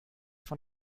von